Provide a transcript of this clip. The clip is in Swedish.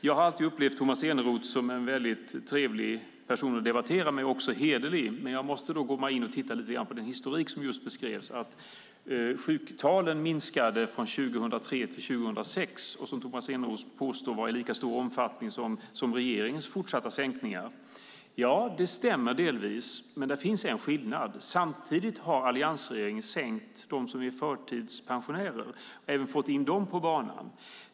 Jag har alltid upplevt Tomas Eneroth som en trevlig person att debattera med och även som en hederlig person. Men jag måste komma in och titta lite grann på den historik som just beskrevs där han sade att sjuktalen minskade från 2003 till 2006. Tomas Eneroth påstår att detta hade lika stor omfattning som regeringens fortsatta sänkningar. Det stämmer delvis, men där finns en skillnad: Samtidigt har alliansregeringen sänkt antalet förtidspensionärer och fått in även dem på banan.